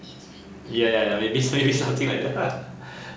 ya ya ya maybe speak something like that lah